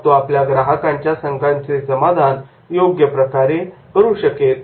मग तो आपल्या ग्राहकांच्या शंकांचे योग्य प्रकारे निरसन करू शकेल